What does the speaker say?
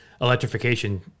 electrification